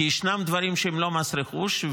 כי ישנם דברים שהם לא מס רכוש,